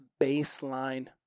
baseline